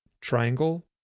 triangle